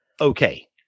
Okay